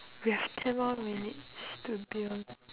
we have ten more minutes to be done